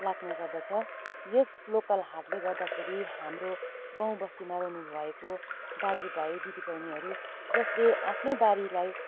लाग्ने गर्दछ यस लोकल हाटले गर्दाखेरि हाम्रो गाउँ बस्तीमा हुनु भएको दाजु भाइ दिदी बहिनीहरू जस्ले आफ्नै बारीलाई